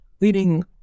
leading